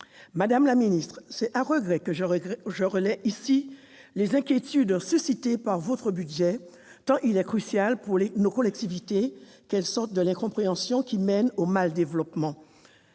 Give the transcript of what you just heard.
madame la ministre, c'est à regret que je relaie ici les inquiétudes suscitées par votre budget, tant il est crucial pour nos collectivités de sortir de l'incompréhension qui mène au mal-développement.